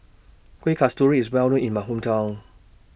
Kuih Kasturi IS Well known in My Hometown